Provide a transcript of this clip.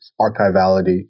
archivality